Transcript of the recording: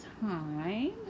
time